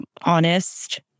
honest